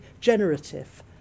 generative